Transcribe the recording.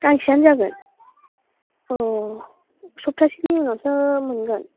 गांसेयानो जागोन औ सबथासेनि उनावसो मोनगोन